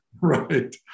Right